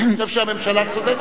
אני חושב שהממשלה צודקת.